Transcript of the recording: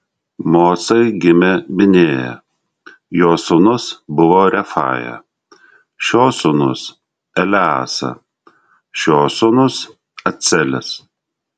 mocai gimė binėja jo sūnus buvo refaja šio sūnus eleasa šio sūnus acelis